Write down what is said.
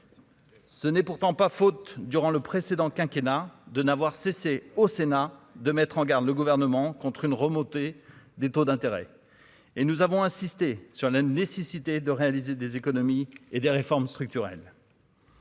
Ce n'est pourtant pas faute durant le précédent quinquennat de n'avoir cessé au Sénat, de mettre en garde le gouvernement contre une remontée des taux d'intérêt et nous avons insisté sur la nécessité de réaliser des économies et des réformes structurelles.